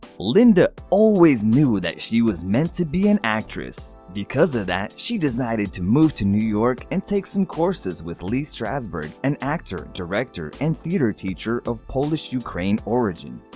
linda always knew that she was meant to be an actress. because of that, she decided to move to new york to and take some courses with lee strasberg, an actor, director and theater teacher of polish-ukrainian origin.